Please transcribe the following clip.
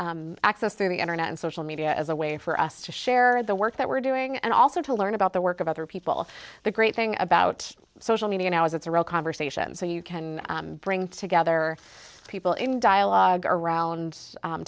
the access through the internet and social media as a way for us to share the work that we're doing and also to learn about the work of other people the great thing about social media now is it's a real conversation so you can bring together people in dialogue around